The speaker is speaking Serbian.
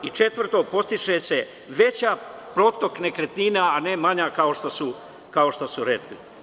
Četvrto, postiže se veći protok nekretnina, a ne manji kao što su rekli.